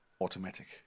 automatic